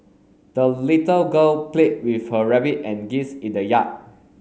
the little girl played with her rabbit and geese in the yard